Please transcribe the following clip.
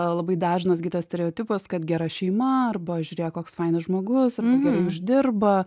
labai dažnas gi tas stereotipas kad gera šeima arba žiūrėk koks fainas žmogus arba gerai uždirba